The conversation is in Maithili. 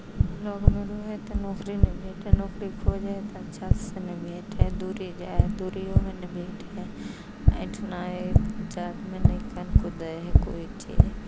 लगमे रहै हइ तऽ नौकरी नहि भेटै नौकरी खोजै हइ तऽ अच्छा से नहि भेटै दूरे जाइ हइ दुरिओमे नहि भेटै हइ एहिठाममे एहि कातमे नहि कनिको दै हइ कोइ चीज